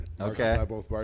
Okay